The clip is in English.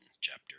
chapter